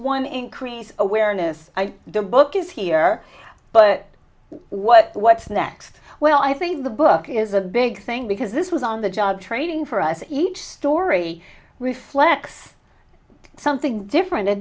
one increase awareness the book is here but what what's next well i think the book is a big thing because this is on the job training for us each story reflects something different